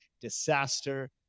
disaster